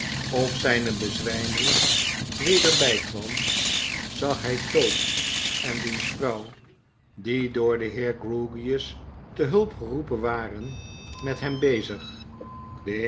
of zijnebezwyming weder bykwam zag hy tope en diens vrouw die door den heer grewgious te hulp geroepen waren met hem bezig